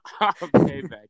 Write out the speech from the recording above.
Payback